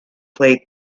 played